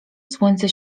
słońce